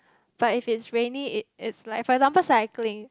but if it's rainy it it's like for example cycling